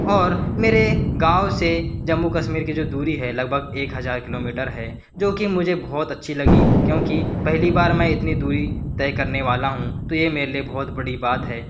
और मेरे गांव से जम्मू कश्मीर की जो दूरी है लगभग एक हज़ार किलोमीटर है जो कि मुझे बहुत अच्छी लगी क्योंकि पहली बार में इतनी दूरी तय करने वाला हूँ तो यह मेरे लिए बहुत बड़ी बात है